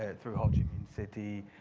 and through whole city,